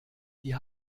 die